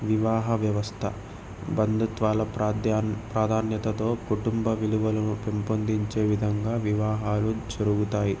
వివాహ వ్యవస్థ బంధుత్వాల ప్రాధ్యాన్ ప్రాధాన్యతతో కుటుంబ విలువలను పెంపొందించే విధంగా వివాహాలు జరుగుతాయి